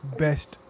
best